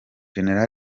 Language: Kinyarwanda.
gen